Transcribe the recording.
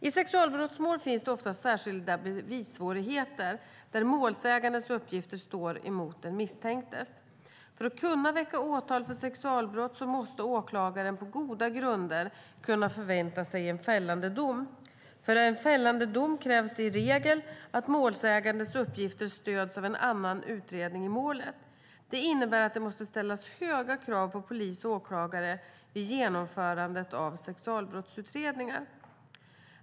I sexualbrottmål finns det ofta särskilda bevissvårigheter där målsägandens uppgifter står mot den misstänktes. För att kunna väcka åtal för sexualbrott måste åklagaren på goda grunder kunna förvänta sig en fällande dom. För en fällande dom krävs det i regel att målsägandens uppgifter stöds av en annan utredning i målet. Det innebär att det måste ställas höga krav på polis och åklagare vid genomförandet av sexualbrottsutredningar.